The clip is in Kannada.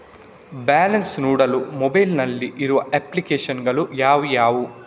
ಬ್ಯಾಲೆನ್ಸ್ ನೋಡಲು ಮೊಬೈಲ್ ನಲ್ಲಿ ಇರುವ ಅಪ್ಲಿಕೇಶನ್ ಗಳು ಯಾವುವು?